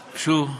שו?